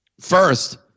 First